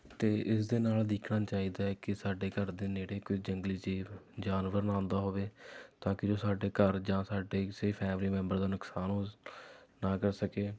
ਅਤੇ ਇਸ ਦੇ ਨਾਲ ਦੇਖਣਾ ਚਾਹੀਦਾ ਹੈ ਕਿ ਸਾਡੇ ਘਰ ਦੇ ਨੇੜੇ ਕੋਈ ਜੰਗਲੀ ਜੀਵ ਜਾਨਵਰ ਨਾ ਆਉਂਦਾ ਹੋਵੇ ਤਾਂ ਕਿ ਜੋ ਸਾਡੇ ਘਰ ਜਾਂ ਸਾਡੇ ਕਿਸੇ ਫੈਮਲੀ ਮੈਂਬਰ ਦਾ ਨੁਕਸਾਨ ਉਹ ਨਾ ਕਰ ਸਕੇ